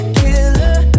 killer